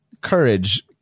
courage